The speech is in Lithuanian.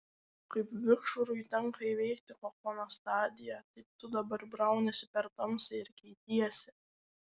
kaip vikšrui tenka įveikti kokono stadiją taip tu dabar brauniesi per tamsą ir keitiesi